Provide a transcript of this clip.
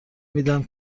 میدم